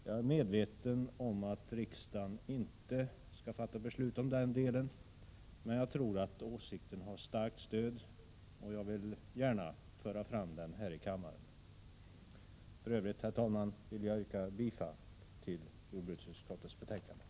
Jag är medveten om att riksdagen inte skall fatta beslut i den delen, men jag tror att åsikten har starkt stöd, och jag vill gärna föra fram den här i kammaren. För övrigt, herr talman, yrkar jag bifall till hemställan i jordbruksutskottets betänkande.